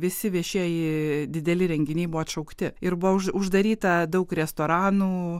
visi viešieji dideli renginiai buvo atšaukti ir buvo už uždaryta daug restoranų